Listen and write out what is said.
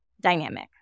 dynamic